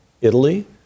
Italy